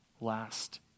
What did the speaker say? last